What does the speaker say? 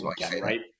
right